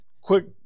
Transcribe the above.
Quick